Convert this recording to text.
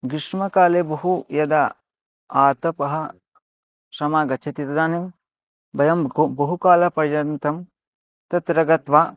ग्रीष्मकाले बहु यदा आतपः समागच्छति तदानीं वयं बहु कालं पर्यन्तं तत्र गत्वा